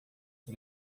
ele